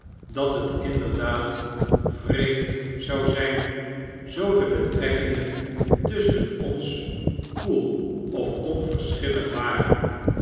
dat het inderdaad vreemd zou zyn zoo de betrekkingen tusschen ons koelof onverschillig waren